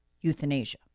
euthanasia